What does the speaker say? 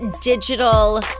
digital